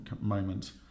moment